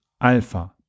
Alpha